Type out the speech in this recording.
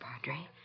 Padre